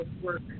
work